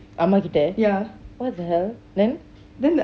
அம்மா கிட்ட:amma kitta what the hell then